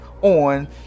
on